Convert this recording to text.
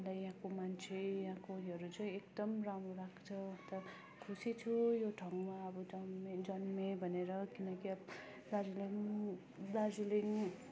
मलाई यहाँको मान्छे यहाँको उयोहरू चाहिँ एकदम राम्रो लाग्छ त खुसी छु यो ठाउँमा अब जन्मिएँ जन्मिएँ भनेर किनकि अब दार्जिलिङ दार्जिलिङ